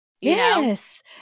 Yes